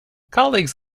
colleagues